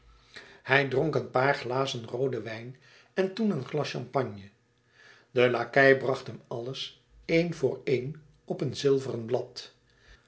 hij dronk een paar glazen rooden wijn en toen een glas champagne de lakei bracht hem alles een voor een op een zilveren blad